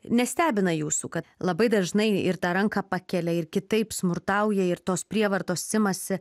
nestebina jūsų kad labai dažnai ir tą ranką pakelia ir kitaip smurtauja ir tos prievartos imasi